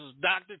Dr